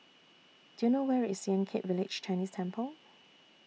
Do YOU know Where IS Yan Kit Village Chinese Temple